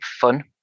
fun